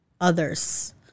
others